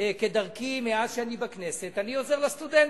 כדרכי מאז שאני בכנסת, אני עוזר לסטודנטים.